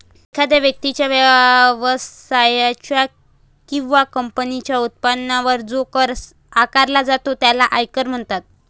एखाद्या व्यक्तीच्या, व्यवसायाच्या किंवा कंपनीच्या उत्पन्नावर जो कर आकारला जातो त्याला आयकर म्हणतात